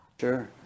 Sure